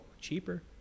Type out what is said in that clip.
Cheaper